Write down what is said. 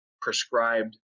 prescribed